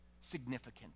significant